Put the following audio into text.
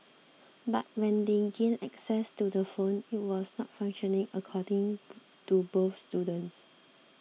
but when they gained access to the phone it was not functioning according to both students